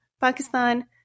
Pakistan